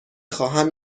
خواهم